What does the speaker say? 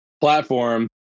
platform